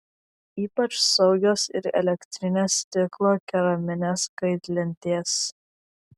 ypač saugios ir elektrinės stiklo keraminės kaitlentės